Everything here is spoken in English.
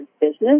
business